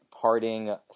parting